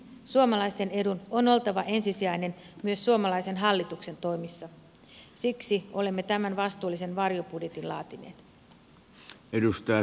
suomalaisten edun on oltava ensisijainen myös suomalaisen hallituksen toimissa siksi olemme tämän vastuullisen varjobudjetin laatineet